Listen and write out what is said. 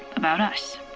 about us